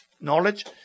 knowledge